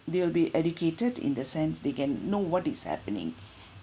they will be educated in the sense they can know what is happening